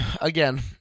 again